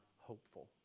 hopeful